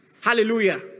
Hallelujah